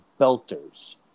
Belters